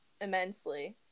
immensely